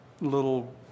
little